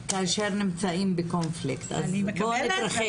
כאשר הן נמצאות בקומפלקס אז בואי ונתרחק